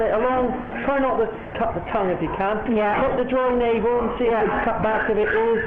זאת אחת הפרקטיקות הקשות ביותר שאני חושבת שיש בתעשיית משק החי.